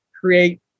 create